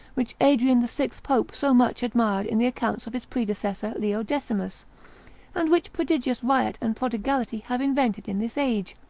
which adrian the sixth pope so much admired in the accounts of his predecessor leo decimus and which prodigious riot and prodigality have invented in this age.